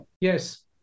yes